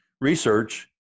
research